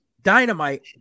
Dynamite